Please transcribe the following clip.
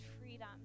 freedom